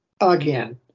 again